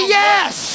yes